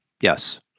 yes